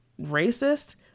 racist